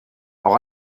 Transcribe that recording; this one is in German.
auch